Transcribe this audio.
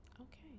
Okay